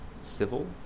civil